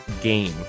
game